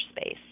space